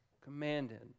commanded